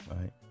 Right